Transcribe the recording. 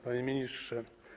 Panie Ministrze!